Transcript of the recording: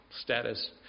status